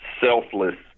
selfless